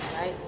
Right